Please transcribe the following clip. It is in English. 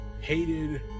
hated